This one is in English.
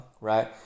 right